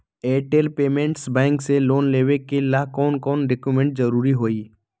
Airtel payments bank से loan लेवे के ले कौन कौन डॉक्यूमेंट जरुरी होइ?